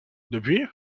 depuis